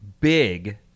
big